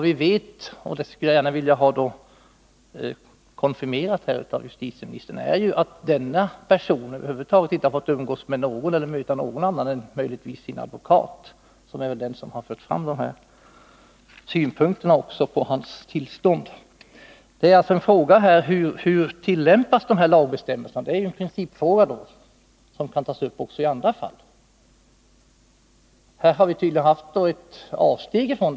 Vi vet — och det skulle jag vilja ha konfirmerat av justitieministern — att den personen över huvud taget inte har fått umgås med någon annan än möjligtvis sin advokat, som är den som fört fram de synpunkter på hans tillstånd vilka nu har kommit fram. Frågan är hur dessa lagbestämmelser tillämpas. Det är en principfråga som gäller även andra fall. Här har det tydligen gjorts avsteg från dessa bestämmelser.